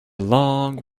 long